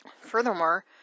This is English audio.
Furthermore